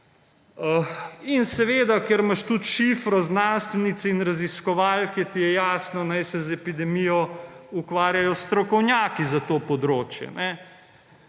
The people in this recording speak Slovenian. In seveda, ker imaš tudi šifro znanstvenic in raziskovalk, ti je jasno, naj se z epidemijo ukvarjajo strokovnjaki za to področje.